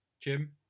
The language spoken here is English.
Jim